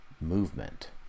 movement